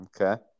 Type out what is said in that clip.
Okay